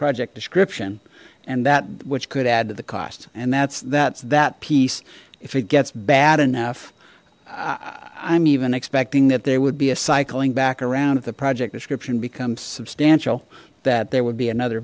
project description and that which could add to the cost and that's that's that piece if it gets bad enough i'm even expecting that there would be a cycling back around if the project description becomes substantial that there would be another